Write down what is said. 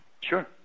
Sure